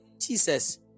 Jesus